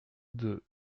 deux